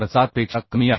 147 पेक्षा कमी आहे